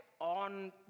on